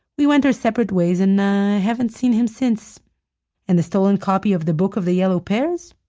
we went our separate ways, and i haven't seen him since and the stolen copy of the book of the yellow pairs?